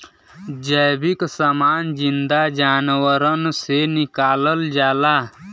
जैविक समान जिन्दा जानवरन से निकालल जाला